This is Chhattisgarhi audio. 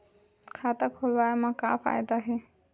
खाता खोलवाए मा का फायदा हे